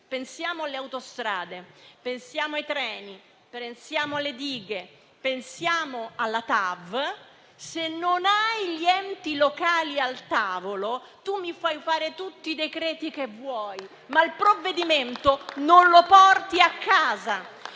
pensiamo alle autostrade, ai treni, alle dighe o alla TAV - se non hai gli enti locali al tavolo, tu Governo puoi fare tutti i decreti che vuoi, ma il provvedimento non lo porti a casa